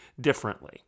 differently